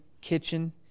kitchen